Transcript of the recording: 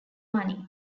money